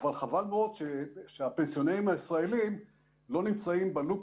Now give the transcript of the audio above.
אבל חבל מאוד שהפנסיונרים הישראלים לא נמצאים בלופ